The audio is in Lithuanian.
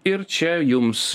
ir čia jums